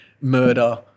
murder